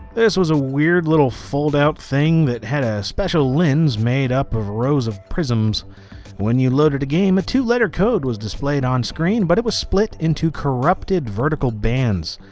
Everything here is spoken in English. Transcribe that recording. this was a weird little fold-out thing that had a special lens made up of rows of prisms when you loaded a game a two-letter code was displayed on screen but it was split into corrupted vertical bands.